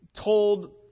told